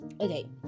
Okay